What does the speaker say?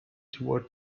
toward